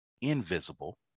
invisible